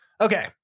Okay